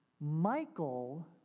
Michael